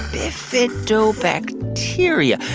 bifidobacteria.